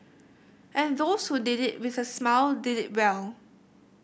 and those who did it with a smile did it well